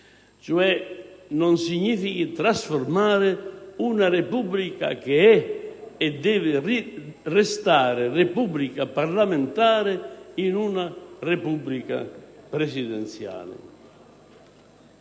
cioè non significhi trasformare una Repubblica, che è e deve restare parlamentare, in una Repubblica presidenziale.